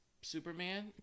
Superman